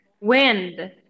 wind